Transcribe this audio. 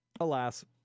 alas